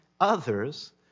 others